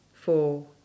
four